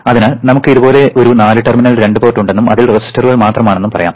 അതിനാൽ നമുക്ക് ഇതുപോലെ ഒരു നാല് ടെർമിനൽ രണ്ട് പോർട്ട് ഉണ്ടെന്നും അതിൽ റെസിസ്റ്ററുകൾ മാത്രമാണെന്നും പറയാം